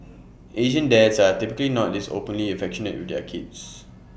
Asian dads are typically not this openly affectionate with their kids